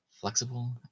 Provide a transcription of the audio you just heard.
flexible